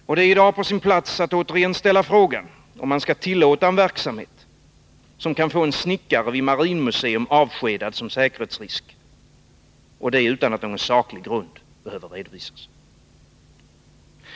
Och det är i dag på sin plats att återigen ställa frågan, om man skall tillåta en verksamhet som kan få en snickare vid Marinmuseum avskedad som säkerhetsrisk — och det utan att någon saklig grund behöver redovisas.